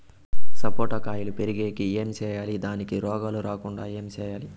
సపోట కాయలు పెరిగేకి ఏమి సేయాలి దానికి రోగాలు రాకుండా ఏమి సేయాలి?